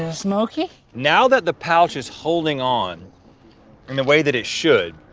smokie. now that the pouch is holding on in the way that it should,